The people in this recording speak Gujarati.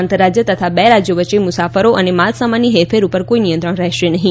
આંતર રાજ્ય તથા બે રાજ્યો વચ્ચે મુસાફરો અને માલ સામાનની હેરફેર ઉપર કોઈ નિયંત્રણ રહેશે નહીં